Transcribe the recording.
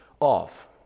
off